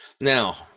Now